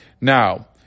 Now